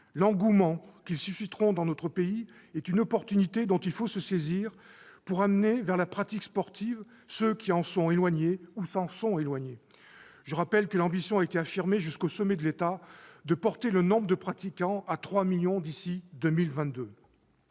L'engouement qu'ils susciteront dans notre pays est une opportunité, dont il faut se saisir, pour amener vers la pratique sportive ceux qui en sont, ou s'en sont, éloignés. Je rappelle que l'ambition a été affirmée jusqu'au sommet de l'État de porter le nombre de pratiquants à 3 millions d'ici à 2022.